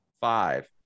Five